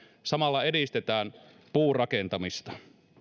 samalla edistetään puurakentamista